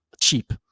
cheap